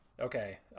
Okay